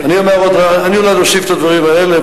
אני אולי עוד אוסיף את הדברים האלה.